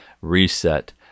reset